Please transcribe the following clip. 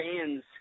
fans